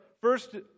first